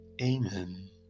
Amen